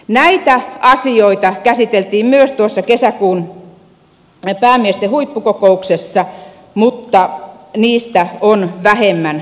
näitä asioita käsiteltiin myös tuossa kesäkuun päämiesten huippukokouksessa mutta niistä on vähemmän puhuttu